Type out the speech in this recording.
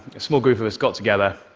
small group of us got together